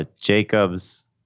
Jacobs